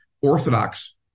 Orthodox